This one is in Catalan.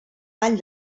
ball